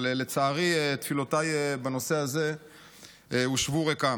אבל לצערי תפילותיי בנושא הזה הושבו ריקם.